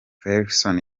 ferguson